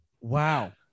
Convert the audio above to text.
Wow